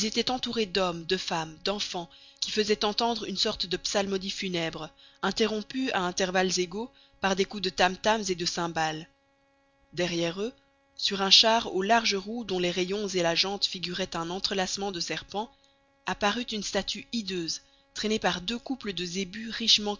étaient entourés d'hommes de femmes d'enfants qui faisaient entendre une sorte de psalmodie funèbre interrompue à intervalles égaux par des coups de tam tams et de cymbales derrière eux sur un char aux larges roues dont les rayons et la jante figuraient un entrelacement de serpents apparut une statue hideuse traînée par deux couples de zébus